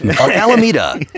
alameda